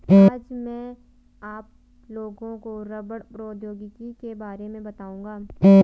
आज मैं आप लोगों को रबड़ प्रौद्योगिकी के बारे में बताउंगा